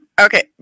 okay